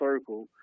circle